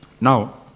now